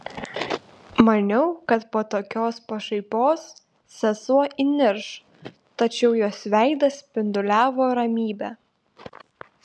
maniau kad po tokios pašaipos sesuo įnirš tačiau jos veidas spinduliavo ramybe